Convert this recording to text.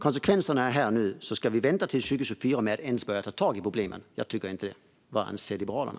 Konsekvenserna är här och nu. Ska vi vänta till 2024 med att ens börja ta tag i problemet? Jag tycker inte det. Vad anser Liberalerna?